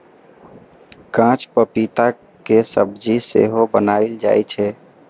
कांच पपीता के सब्जी सेहो बनाएल जाइ छै